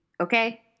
Okay